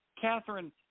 Catherine